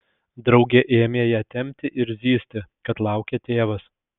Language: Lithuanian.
draugė ėmė ją tempti ir zyzti kad laukia tėvas